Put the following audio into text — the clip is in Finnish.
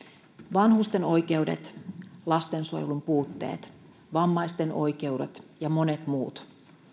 vanhusten oikeudet lastensuojelun puutteet vammaisten oikeudet ja monet muut